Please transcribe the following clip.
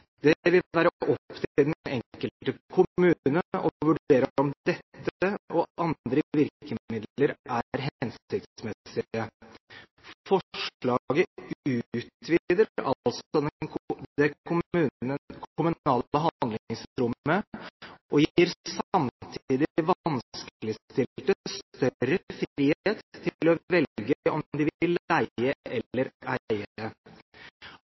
Det vil være opp til den enkelte kommune å vurdere om dette og andre virkemidler er hensiktsmessige. Forslaget utvider altså det kommunale handlingsrommet, og gir samtidig vanskeligstilte større frihet til å velge om de vil leie eller eie. At det skal være et uttrykk for statlig detaljregulering, er